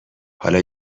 حالا